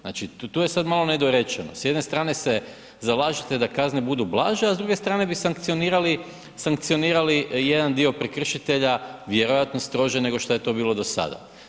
Znači, tu je sad malo nedorečeno, s jedne strane se zalažete da kazne budu blaže, a s druge strane bi sankcionirali, sankcionirali jedan dio prekršitelja vjerojatno strože nego šta je to bilo do sada.